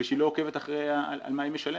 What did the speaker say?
ושהיא לא עוקבת אחרי על מה היא משלמת,